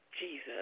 Jesus